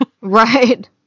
Right